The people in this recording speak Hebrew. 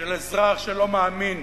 של אזרח שלא מאמין